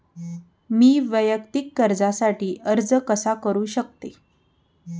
मी वैयक्तिक कर्जासाठी अर्ज कसा करु शकते?